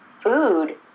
Food